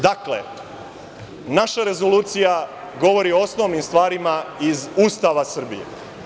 Dakle, naša rezolucija govori o osnovnim stvarima iz Ustava Srbije.